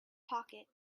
pocket